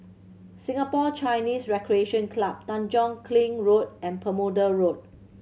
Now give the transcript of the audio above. Singapore Chinese Recreation Club Tanjong Kling Road and Bermuda Road